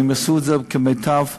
והם עושים כמיטב יכולתם,